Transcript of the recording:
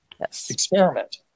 experiment